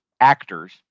actors